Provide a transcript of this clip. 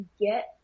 Get